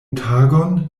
tagon